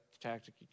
tactic